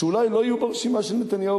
שאולי לא יהיו ברשימה של נתניהו,